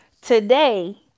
today